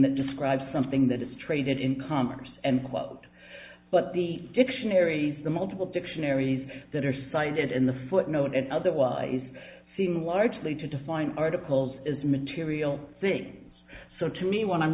that describes something that is traded in commerce and quote but the dictionaries the multiple dictionaries that are cited in the footnote and otherwise seem largely to define articles as material things so to me when i'm